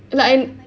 like I'm